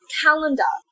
calendar